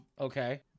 Okay